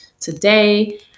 today